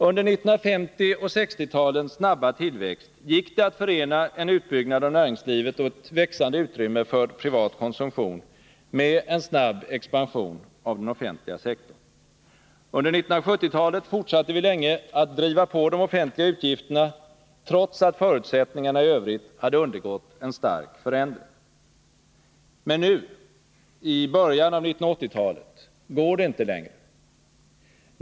Under 1950 och 1960-talens snabba tillväxt gick det att förena en utbyggnad av näringslivet och ett växande utrymme för privat konsumtion med en snabb expansion av den offentliga sektorn. Under 1970-talet fortsatte vi länge att driva på de offentliga utgifterna, trots att förutsättningarna i övrigt hade undergått en stark förändring. Men nu, i början av 1980-talet, går det inte längre.